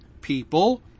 people